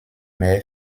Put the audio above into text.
mehr